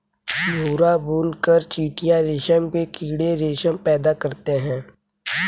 भूरा बुनकर चीटियां रेशम के कीड़े रेशम पैदा करते हैं